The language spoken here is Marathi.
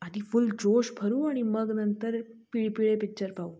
आधी फुल जोष भरू आणि मग नंतर पीळपिळे पिच्चर पाहू